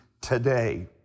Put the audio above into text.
today